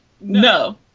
no